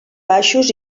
baixos